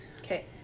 Okay